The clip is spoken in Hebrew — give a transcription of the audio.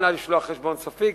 נא לשלוח חשבון סופי,